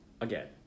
again